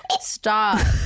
Stop